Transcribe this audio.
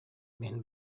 мин